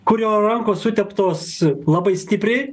kurio rankos suteptos labai stipriai